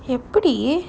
எப்புடி:eppudi